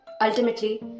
ultimately